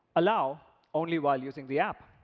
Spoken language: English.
allow only while using the app.